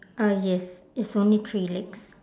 uh yes it's only three legs